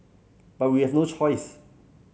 but we have no choice